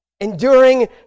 Enduring